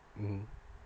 mmhmm